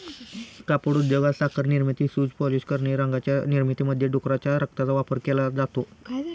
कापड उद्योगात, साखर निर्मिती, शूज पॉलिश करणे, रंगांच्या निर्मितीमध्ये डुकराच्या रक्ताचा वापर केला जातो